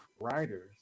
writers